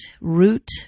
root